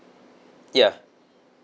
ya